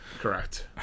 Correct